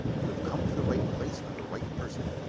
you have come to the right place and the right person.